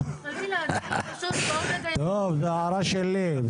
לא, חלילה --- טוב, הערה שלי.